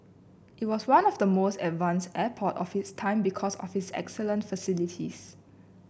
it was one of the most advanced airport of its time because of its excellent facilities